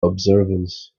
observers